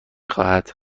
خواهد